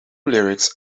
lyrics